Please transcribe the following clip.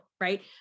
right